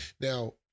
Now